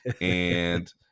and-